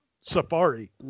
safari